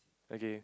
okay